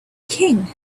king